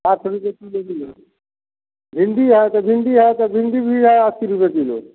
हाँ थोड़ी देर में ले लीजिए भिंडी है तो भिंडी है तो भिंडी भी है अस्सी रुपए कीलो